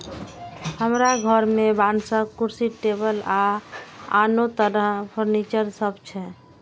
हमरा घर मे बांसक कुर्सी, टेबुल आ आनो तरह फर्नीचर सब छै